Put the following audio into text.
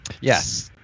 Yes